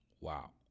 Wow